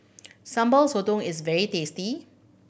Sambal Sotong is very tasty